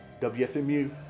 WFMU